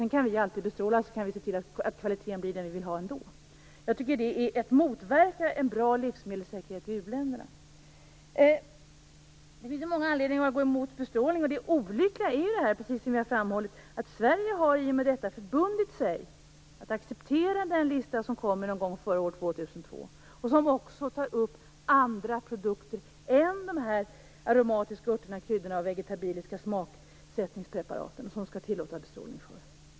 Sedan kan vi alltid bestråla och se till att det blir den kvalitet vi vill ha ändå. Jag tycker att det är att motverka en bra livsmedelssäkerhet i u-länderna. Det finns många anledningar att gå emot bestrålning. Det olyckliga är ju - precis som vi har framhållit - att Sverige i och med detta har förbundit sig att acceptera den lista som kommer någon gång före år 2002. Den tar också upp andra produkter än de aromatiska örter, kryddor och vegetabiliska smaksättningspreparat som vi skall tillåta bestrålning av.